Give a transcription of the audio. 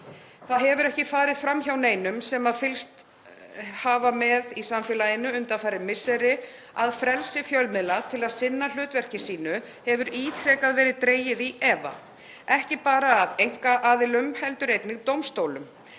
Það hefur ekki farið fram hjá neinum sem fylgst hefur með í samfélaginu undanfarin misseri að frelsi fjölmiðla til að sinna hlutverki sínu hefur ítrekað verið dregið í efa, ekki bara af einkaaðilum heldur einnig dómstólum.